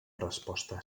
resposta